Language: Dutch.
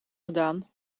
gedaan